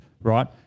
right